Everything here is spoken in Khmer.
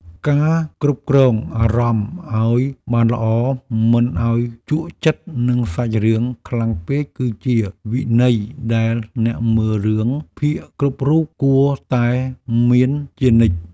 ការគ្រប់គ្រងអារម្មណ៍ឱ្យបានល្អមិនឱ្យជក់ចិត្តនឹងសាច់រឿងខ្លាំងពេកគឺជាវិន័យដែលអ្នកមើលរឿងភាគគ្រប់រូបគួរតែមានជានិច្ច។